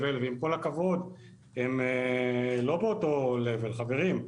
ועם כל הכבוד אנחנו לא באותו ה-level חברים.